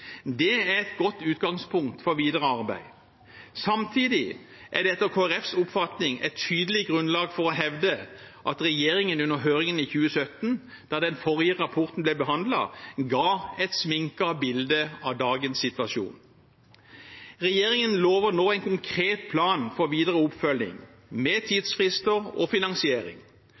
Det er et godt utgangspunkt for videre arbeid. Samtidig er det etter Kristelig Folkepartis oppfatning et tydelig grunnlag for å hevde at regjeringen under høringen i 2017, da den forrige rapporten ble behandlet, ga et sminket bilde av dagens situasjon. Regjeringen lover nå en konkret plan for videre oppfølging, med tidsfrister og finansiering.